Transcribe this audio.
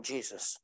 Jesus